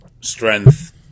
strength